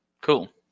Cool